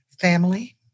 family